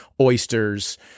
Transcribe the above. oysters